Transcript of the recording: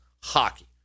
hockey